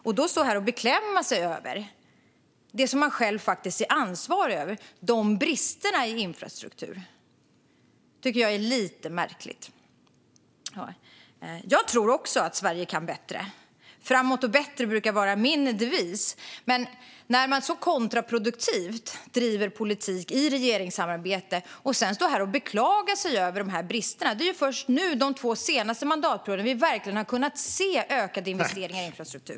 Att sedan stå här och beklaga sig över det man själv faktiskt är ansvarig för, nämligen bristerna i infrastrukturen, tycker jag är lite märkligt. Jag tror också att Sverige kan bättre - "framåt och bättre" brukar vara min devis. Men man driver alltså helt kontraproduktivt en politik i regeringssamarbete och står sedan här och beklagar sig över dessa brister. Det är ju först nu, under de två senaste mandatperioderna, som vi verkligen har kunnat se ökade investeringar i infrastruktur.